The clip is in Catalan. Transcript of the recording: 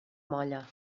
molla